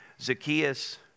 Zacchaeus